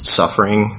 suffering